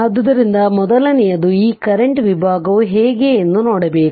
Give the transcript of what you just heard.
ಆದ್ದರಿಂದ ಮೊದಲನೆಯದು ಈ ಕರೆಂಟ್ ವಿಭಾಗವು ಹೇಗೆ ಎಂದು ನೋಡಬೇಕು